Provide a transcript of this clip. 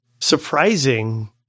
surprising